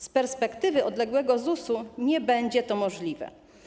Z perspektywy odległego ZUS-u nie będzie to możliwe.